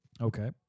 Okay